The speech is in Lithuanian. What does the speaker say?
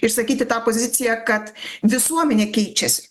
išsakyti tą poziciją kad visuomenė keičiasi